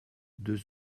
deux